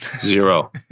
Zero